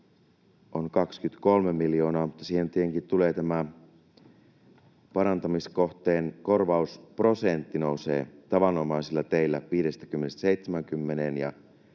on 23 miljoonaa, mutta siinä tietenkin parantamiskohteen korvausprosentti nousee tavanomaisilla teillä 50:stä